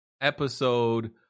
episode